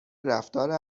رفتار